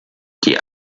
die